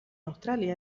australia